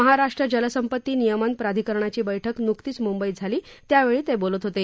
महाराष्ट्र जलसंपत्ती नियमन प्राधिकरणाची बैठक नुकतीच मुंबईत झाली त्यावेळी ते बोलत होते